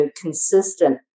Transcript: consistent